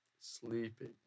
Sleeping